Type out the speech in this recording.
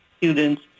students